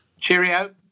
Cheerio